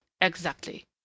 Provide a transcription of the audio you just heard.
Exactly